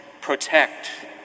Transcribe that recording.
protect